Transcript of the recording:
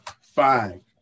five